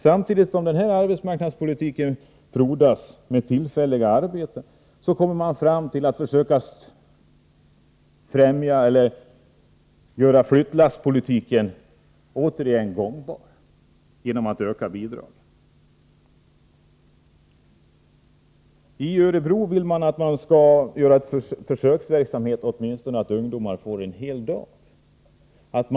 Samtidigt som den här arbetsmarknadspolitiken med tillfälliga arbeten frodas försöker man återigen göra flyttlasspolitiken gångbar genom att öka bidragen. I Örebro vill man som en försöksverksamhet låta ungdomar få en hel arbetsdag.